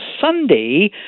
Sunday